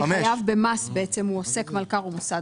כי חייב במס בעצם הוא עוסק, מלכ"ר או מוסד.